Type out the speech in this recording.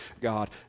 God